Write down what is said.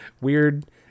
weird